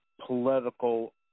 political